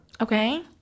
Okay